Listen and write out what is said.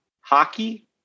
hockey